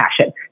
passion